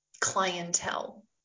clientele